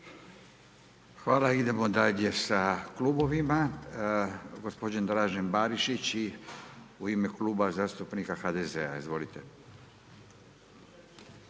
Hvala. Idemo dalje sa klubovima. Gospodin Dražen Barišić u ime Kluba zastupnika HDZ-a. Izvolite.